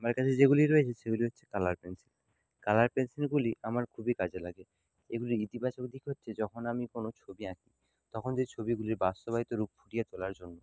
আমার কাছে যেগুলি রয়েছে সেগুলি হচ্ছে কালার পেনসিল কালার পেনসিলগুলি আমার খুবই কাজে লাগে এগুলির ইতিবাচক দিক হচ্ছে যখন আমি কোনো ছবি আঁকি তখন যে ছবিগুলির বাস্তবায়িত রূপ ফুটিয়ে তোলার জন্য